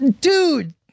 Dude